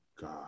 God